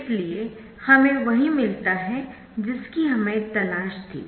इसलिए हमें वही मिलता है जिसकी हमें तलाश थी